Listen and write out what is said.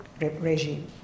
regime